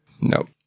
Nope